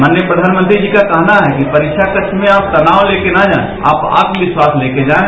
माननीय प्रधानमंत्री जी का कहना है कि परीक्षा कक्ष में आप तनाव लेकर न जाएं आप आत्मविश्वास लेकर जाएं